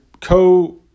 co